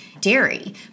dairy